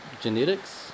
genetics